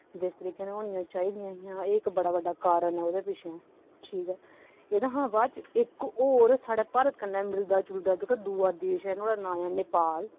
जिस तरीके कन्नै होनियां चाहिदियां हियां एह् इक बड़ा बड्डा कारण ऐ ओह्दे पिच्छें ठीक ऐ इ'दे शा बाद च इक होर साढ़े भारत कन्नै मिलदा जुलदा जेह्का दूआ देश ऐ नुहाड़ा नांऽ ऐ नेपाल